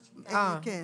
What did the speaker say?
כן,